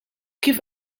kif